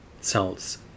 cells